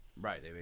Right